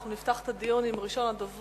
אנחנו נפתח את הדיון עם ראשון הדוברים,